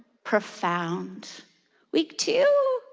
profound week two,